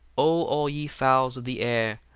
o all ye fowls of the air,